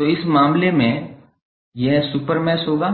तो इस मामले में यह सुपर मैश होगा